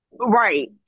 right